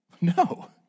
No